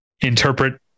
interpret